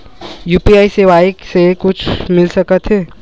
UPI सेवाएं से कुछु मिल सकत हे?